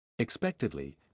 expectedly